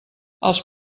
els